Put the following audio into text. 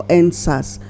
answers